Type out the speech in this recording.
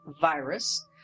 virus